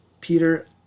Peter